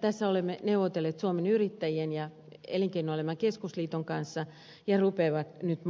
tästä ongelmasta olemme keskustelleet suomen yrittäjien ja elinkeinoelämän keskusliiton kanssa ja ne rupeavat nyt